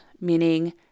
meaning